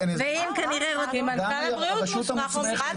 מנכ"ל הבריאות מוסמך.